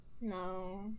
No